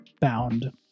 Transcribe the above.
bound